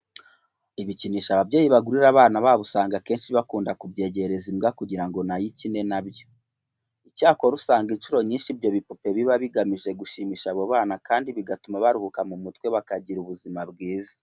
Ibikinisho ababyeyi bagurira abana babo usanga akenshi bakunda kubyegereza imbwa kugira ngo na yo ibe ikina na byo. Icyakora usanga incuro nyinshi ibyo bipupe biba bigamije gushimisha abo bana kandi bigatuma baruhuka mu mutwe bakagira ubuzima bwiza.